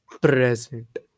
present